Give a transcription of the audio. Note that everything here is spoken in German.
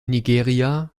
nigeria